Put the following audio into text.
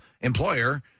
employer